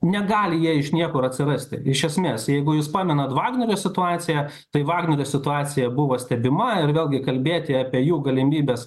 negali jie iš niekur atsirasti iš esmės jeigu jūs pamenat vagnerio situaciją tai vagnerio situacija buvo stebima ir vėlgi kalbėti apie jų galimybes